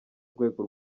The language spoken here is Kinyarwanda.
urwego